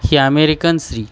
ही American स्री